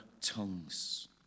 tongues